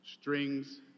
strings